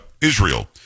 Israel